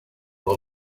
who